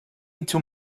into